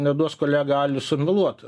neduos kolega alius sumeluot